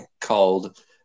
called